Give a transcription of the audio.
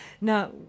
Now